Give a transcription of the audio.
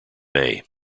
may